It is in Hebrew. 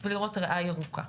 ולראות ריאה ירוקה.